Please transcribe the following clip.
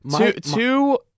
two